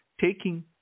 Taking